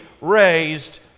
raised